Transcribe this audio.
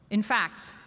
in fact,